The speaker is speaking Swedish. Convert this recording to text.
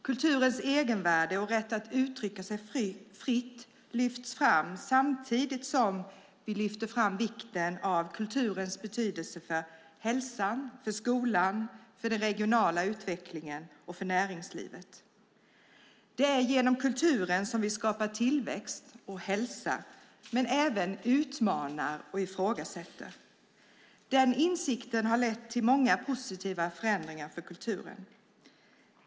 Kulturens egenvärde och rätten att uttrycka sig fritt lyfts fram, samtidigt som vi lyfter fram kulturens betydelse för hälsan, skolan, den regionala utvecklingen och näringslivet. Det är genom kulturen vi skapar tillväxt och hälsa, men även utmanar och ifrågasätter. Den insikten har lett till många positiva förändringar för kulturen.